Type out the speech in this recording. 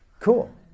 Cool